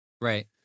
Right